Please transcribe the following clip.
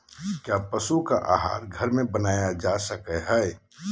क्या पशु का आहार घर में बनाया जा सकय हैय?